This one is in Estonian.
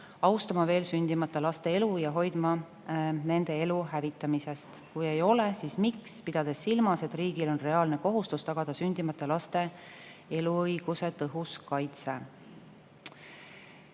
austama veel sündimata laste elu ja hoiduma nende elu hävitamisest? Kui ei ole, siis miks, pidades silmas, et riigil on reaalne kohustus tagada sündimata laste eluõiguse tõhus kaitse?"